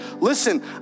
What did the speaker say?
listen